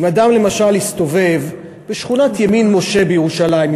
אם אדם למשל יסתובב בשכונת ימין-משה בירושלים,